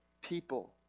people